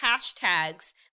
hashtags